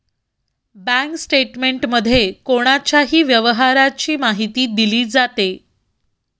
bank स्टेटमेंटमध्ये कोणाच्याही व्यवहाराची माहिती दिली जाते